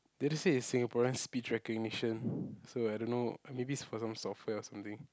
they just say it's Singaporean speech recognition so I don't know maybe it's for some software or something